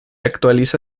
actualiza